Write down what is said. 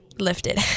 lifted